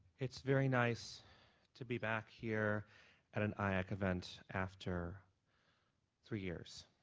it's very nice to be back here at an iacc event after three years.